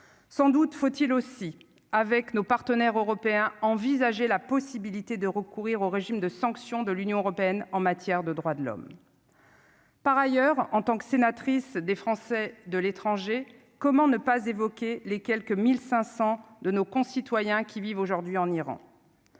sans doute faut-il aussi avec nos partenaires européens envisagé la possibilité de recourir au régime de sanctions de l'Union européenne en matière de droits de l'homme. Par ailleurs, en tant que sénatrice des Français de l'étranger, comment ne pas évoquer les quelques 1500 de nos concitoyens qui vivent aujourd'hui en Iran,